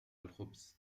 الخبز